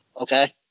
Okay